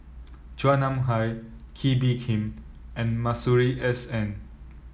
Chua Nam Hai Kee Bee Khim and Masuri S N